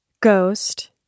Ghost